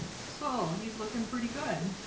so and he's looking pretty good